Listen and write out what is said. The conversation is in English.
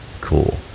cool